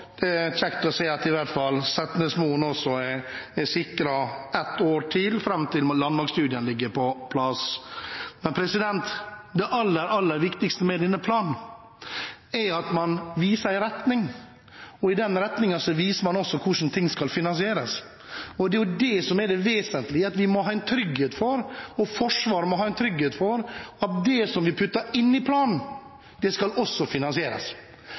i hvert fall Setnesmoen også er sikret ett år til, fram til landmaktstudien ligger på plass. Men det aller viktigste med denne planen er at man viser en retning, og med den retningen viser man også hvordan ting skal finansieres. Det er det som er det vesentlige: Vi må ha en trygghet for, og Forsvaret må ha en trygghet for, at det som vi putter inn i planen, også skal finansieres. Derfor er det viktig med den retningen og med den enigheten mellom Fremskrittspartiet, Høyre og Arbeiderpartiet, fordi det sikrer, også